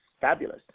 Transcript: fabulous